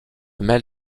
mel